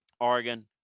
oregon